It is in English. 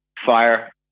fire